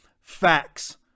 facts